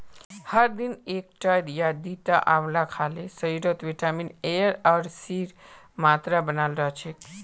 हर दिन एकटा या दिता आंवला खाल शरीरत विटामिन एर आर सीर मात्रा बनाल रह छेक